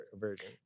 version